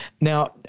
now